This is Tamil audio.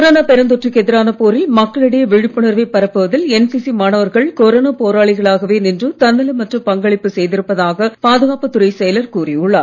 கொரோனா பெருந்தொற்றுக்கு எதிரான போரில் மக்களிடையே விழிப்புணர்வைப் பரப்புவதில் என்சிசி மாணவர்கள் கொரோனா போராளிகளாகவே நின்று தன்னலமற்ற பங்களிப்பு செய்திருப்பதாக பாதுகாப்புத் துறைச் செயலர் கூறியுள்ளார்